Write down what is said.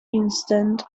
incident